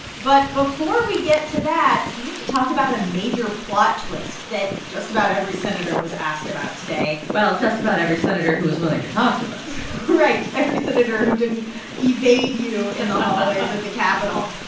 but before we get to that, we have to talk about a major plot twist that just about every senator was asked about today well, just about every senator who was willing to talk to us right, every senator who didn't evade you. in the hallways of the capitol.